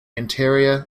interior